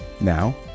Now